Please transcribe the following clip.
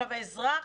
אזרח,